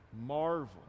marvel